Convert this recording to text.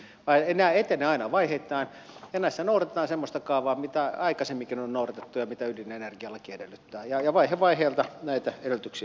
nämä etenevät aina vaiheittain ja näissä noudatetaan semmoista kaavaa mitä aikaisemminkin on noudatettu ja mitä ydinenergialaki edellyttää ja vaihe vaiheelta näitä edellytyksiä täytetään